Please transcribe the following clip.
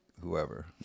whoever